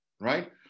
right